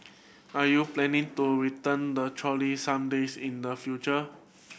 are you planning to return the trolley some days in the future